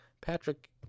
Patrick